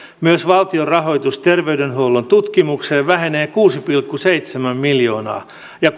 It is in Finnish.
myös valtion rahoitus terveydenhuollon tutkimukseen vähenee kuusi pilkku seitsemän miljoonaa ja